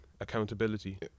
accountability